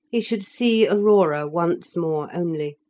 he should see aurora once more only.